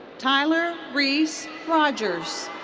tyler reece rogers.